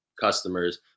customers